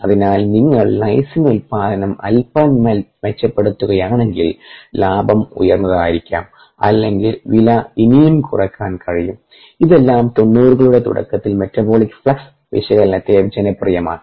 അതിനാൽ നിങ്ങൾ ലൈസിൻ ഉൽപാദനം അൽപ്പം മെച്ചപ്പെടുത്തുകയാണെങ്കിൽ ലാഭം ഉയർന്നതായിരിക്കാം അല്ലെങ്കിൽ വില ഇനിയും കുറയ്ക്കാൻ കഴിയും ഇതെല്ലാം 90 കളുടെ തുടക്കത്തിൽ മെറ്റബോളിക് ഫ്ലക്സ് വിശകലനത്തെ ജനപ്രിയമാക്കി